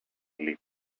lit